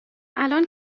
الان